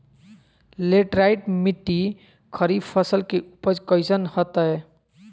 Laterite मिट्टी खरीफ फसल के उपज कईसन हतय?